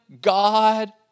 God